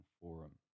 Forum